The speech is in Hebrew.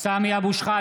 (קורא בשמות חברי הכנסת) סמי אבו שחאדה,